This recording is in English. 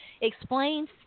explains